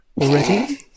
already